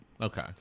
okay